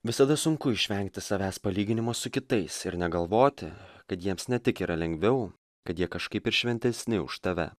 visada sunku išvengti savęs palyginimo su kitais ir negalvoti kad jiems ne tik yra lengviau kad jie kažkaip ir šventesni už tave